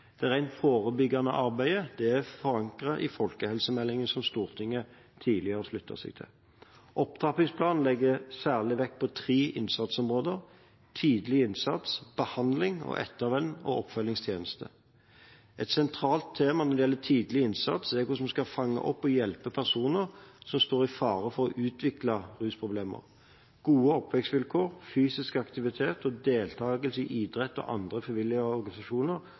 Det rent forebyggende arbeidet er forankret i folkehelsemeldingen, som Stortinget tidligere har sluttet seg til. Opptrappingsplanen legger særlig vekt på tre innsatsområder: Tidlig innsats, behandling og ettervern/oppfølgingstjeneste. Et sentralt tema når det gjelder tidlig innsats, er hvordan en skal fange opp og hjelpe personer som står i fare for å utvikle rusproblemer. Gode oppvekstvilkår, fysisk aktivitet og deltagelse i idrett og andre frivillige organisasjoner,